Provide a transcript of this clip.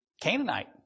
Canaanite